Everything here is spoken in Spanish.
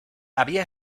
había